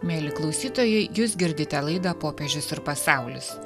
mieli klausytojai jūs girdite laidą popiežius ir pasaulis